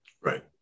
Right